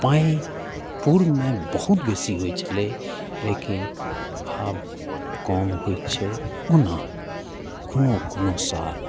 पानि पूर्वमे बहुत बेसी होइत छलै लेकिन आब कम होइत छै ओना कोनो कोनो साल